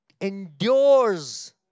endures